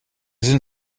sind